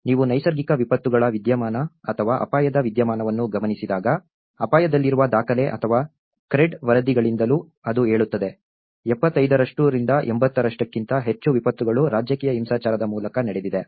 ನೀವು ನೈಸರ್ಗಿಕ ವಿಪತ್ತುಗಳ ವಿದ್ಯಮಾನ ಅಥವಾ ಅಪಾಯದ ವಿದ್ಯಮಾನವನ್ನು ಗಮನಿಸಿದಾಗ ಅಪಾಯದಲ್ಲಿರುವ ದಾಖಲೆ ಅಥವಾ CRED ವರದಿಗಳಿಂದಲೂ ಅದು ಹೇಳುತ್ತದೆ 75 ರಿಂದ 80 ಕ್ಕಿಂತ ಹೆಚ್ಚು ವಿಪತ್ತುಗಳು ರಾಜಕೀಯ ಹಿಂಸಾಚಾರದ ಮೂಲಕ ನಡೆದಿದೆ